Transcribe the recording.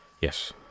yes